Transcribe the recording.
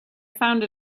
found